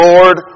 Lord